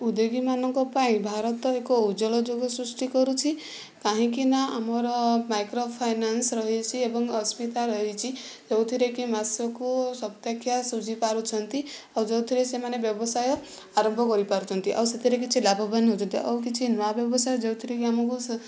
ଉଦ୍ୟୋଗୀମାନଙ୍କ ପାଇଁ ଭାରତ ଏକ ଉଜ୍ଜ୍ଵଳ ଯୋଗ ସୃଷ୍ଟି କରୁଛି କାହିଁକିନା ଆମର ମାଇକ୍ରୋ ଫାଇନାନ୍ସ ରହିଛି ଏବଂ ଅସ୍ମିତା ରହିଛି ଯେଉଁଥିରେ କି ମାସକୁ ସପ୍ତାହିକା ସୁଝି ପାରୁଛନ୍ତି ଆଉ ଯେଉଁଥିରେ ସେମାନେ ବ୍ୟବସାୟ ଆରମ୍ଭ କରି ପାରୁଛନ୍ତି ଆଉ ସେଥିରେ କିଛି ଲାଭବାନ ହେଉଛନ୍ତି ଆଉ କିଛି ନୂଆ ବ୍ୟବସାୟ ଯେଉଁଥିରେ କି ଆମକୁ